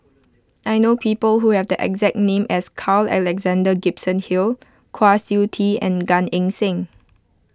I know people who have the exact name as Carl Alexander Gibson Hill Kwa Siew Tee and Gan Eng Seng